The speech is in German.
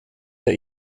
der